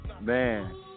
Man